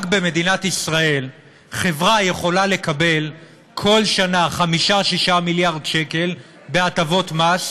רק במדינת ישראל חברה יכולה לקבל כל שנה 6-5 מיליארד שקל בהטבות מס,